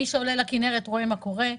מי שעולה לכנרת רואה מה קורה.